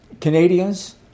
Canadians